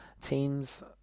teams